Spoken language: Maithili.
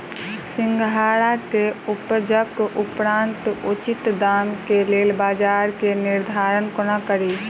सिंघाड़ा केँ उपजक उपरांत उचित दाम केँ लेल बजार केँ निर्धारण कोना कड़ी?